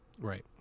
Right